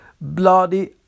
bloody